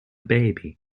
baby